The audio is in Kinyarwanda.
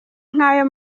nk’ayo